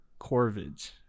Corvids